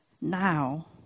now